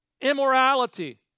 Immorality